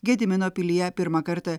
gedimino pilyje pirmą kartą